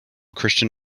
christian